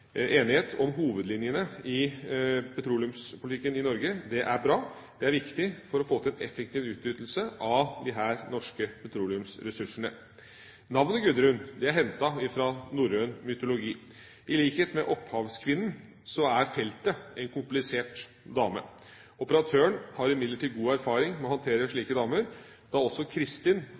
er viktig for å få til en effektiv utnyttelse av de norske petroleumsressursene. Navnet Gudrun er hentet fra norrøn mytologi. I likhet med opphavskvinnen er feltet en komplisert dame. Operatøren har imidlertid god erfaring med å håndtere slike damer, da også Kristin